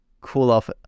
cool-off